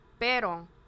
pero